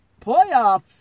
Playoffs